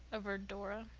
averred dora.